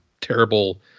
terrible